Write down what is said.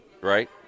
right